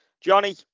Johnny